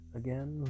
again